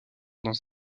dans